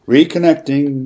Reconnecting